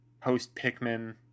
post-Pikmin